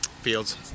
Fields